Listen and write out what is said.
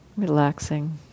Relaxing